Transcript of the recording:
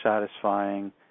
satisfying